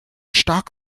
stark